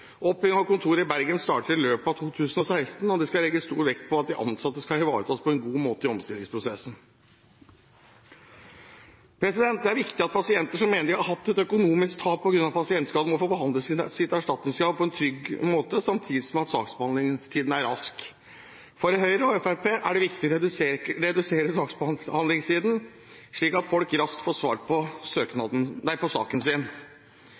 Oppbyggingen av kontoret i Bergen starter i løpet av 2016, og det skal legges stor vekt på at de ansatte skal ivaretas på en god måte i omstillingsprosessen. Det er viktig at pasienter som mener at de har hatt et økonomisk tap på grunn av pasientskade, må få behandlet sitt erstatningskrav på en trygg måte samtidig som saksbehandlingstiden er rask. For Høyre og Fremskrittspartiet er det viktig å redusere saksbehandlingstiden, slik at folk raskt får svar på saken sin.